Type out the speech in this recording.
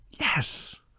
yes